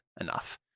enough